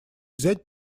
взять